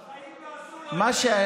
בחיים לא עשו לו את זה.